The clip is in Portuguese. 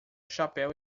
chapéu